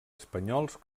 espanyols